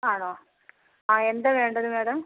ആണോ ആ എന്താ വേണ്ടത് മാഡം